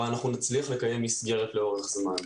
אבל אנחנו נצליח לקיים מסגרת לאורך זמן.